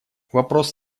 вопрос